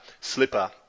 Slipper